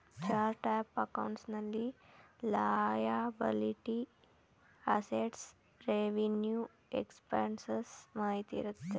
chart of accounts ನಲ್ಲಿ liability, assets, revenue expenses ಮಾಹಿತಿ ಇರುತ್ತೆ